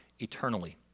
eternally